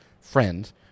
friends